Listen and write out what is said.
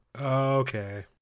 Okay